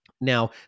Now